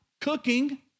cooking